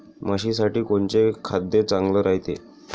म्हशीसाठी कोनचे खाद्य चांगलं रायते?